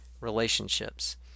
relationships